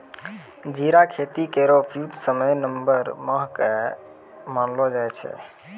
जीरा खेती केरो उपयुक्त समय नवम्बर माह क मानलो जाय छै